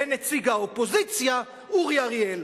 ונציג האופוזיציה אורי אריאל,